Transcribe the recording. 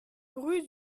rue